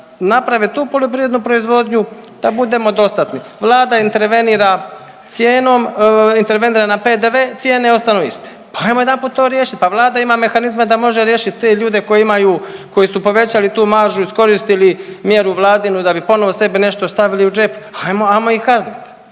naprave tu poljoprivrednu proizvodnju da budemo dostatni. Vlada intervenira cijenom, intervenira na PDV cijene ostanu iste, pa ajmo jedanput to riješit, pa vlada ima mehanizme da može riješit te ljude koji imaju koji su povećali tu maržu, iskoristili mjeru vladinu da bi ponovo sebi nešto stavili u džep, ajmo, ajmo ih kaznit.